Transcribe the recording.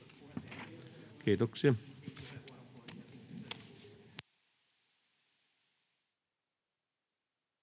Kiitoksia.